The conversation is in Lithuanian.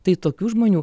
tai tokių žmonių